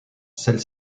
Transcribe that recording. celles